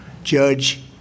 Judge